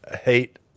hate